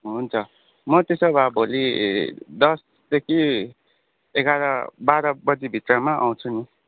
हुन्छ म त्यसो भए भोलि दसदेखि एघार बाह्र बजीभित्रमा आउँछु नि